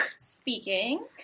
speaking